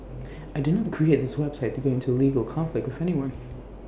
I did not create this website to go into A legal conflict with anyone